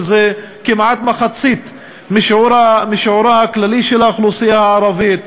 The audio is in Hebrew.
שזה כמעט מחצית משיעורה הכללי של האוכלוסייה הערבית.